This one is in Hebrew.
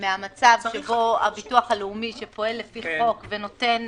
מהמצב שהביטוח הלאומי שפועל לפי חוק ונותן